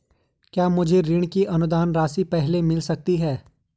क्या मुझे ऋण की अनुदान राशि पहले मिल सकती है?